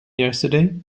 yesterday